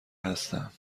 هستم